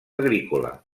agrícola